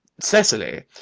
cecily!